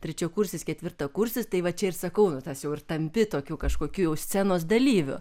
trečiakursis ketvirtakursis tai va čia ir sakau nu tas jau ir tampi jau tokiu kažkokiu scenos dalyviu